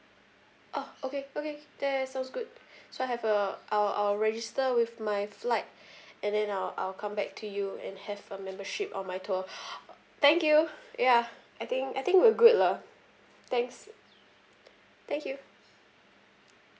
oh okay okay that sounds good so I have uh I'll I'll register with my flight and then I'll I'll come back to you and have a membership on my tour thank you ya I think I think we're good lah thanks thank you